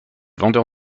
vendeur